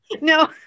no